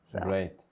Great